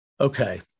Okay